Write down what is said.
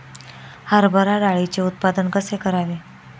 हरभरा डाळीचे उत्पादन कसे करावे?